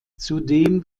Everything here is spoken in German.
zudem